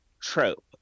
trope